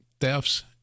thefts